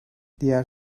diğer